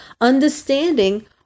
understanding